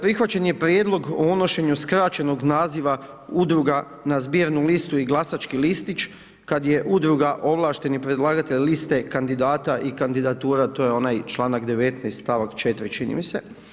Prihvaćen je prijedlog o unošenju skraćenog naziva udruga na zbirnu listu i glasaći listić kad je udruga ovlašteni predlagatelj liste kandidata i kandidatura, to je onaj članak 19. stavak 4. čini mi se.